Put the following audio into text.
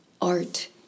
art